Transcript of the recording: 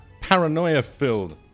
paranoia-filled